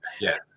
yes